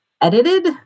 edited